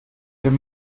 dem